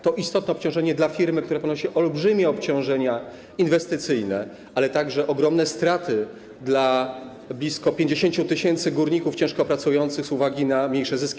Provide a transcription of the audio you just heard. To istotne obciążenie dla firmy, która ponosi olbrzymie obciążenia inwestycyjne, ale także ogromne straty dla blisko 50 tys. górników ciężko pracujących z uwagi na mniejsze zyski.